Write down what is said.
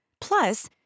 Plus